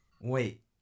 Wait